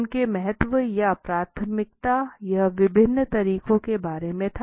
उनके महत्व या प्राथमिकता यह विभिन्न तकनीकों के बारे में था